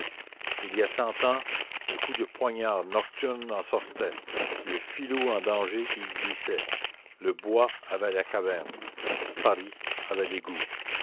il y a cent ans le coup de poignard nocturne en sortait le filou en danger y glissait le bois avait la caverne paris avait l'égout